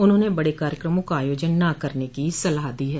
उन्होंने बड़े कार्यक्रमों का आयोजन न करने की सलाह दी है